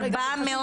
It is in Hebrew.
רגע,